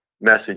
message